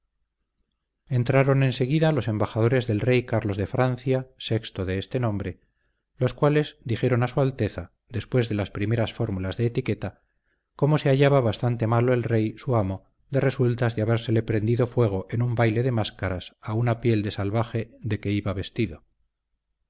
entraron en seguida los embajadores del rey carlos de francia sexto de este nombre los cuales dijeron a su alteza después de las primeras fórmulas de etiqueta cómo se hallaba bastante malo el rey su amo de resultas de habérsele prendido fuego en un baile de máscaras a una piel de salvaje de que iba vestido